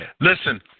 Listen